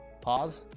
pause?